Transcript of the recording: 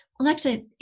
Alexa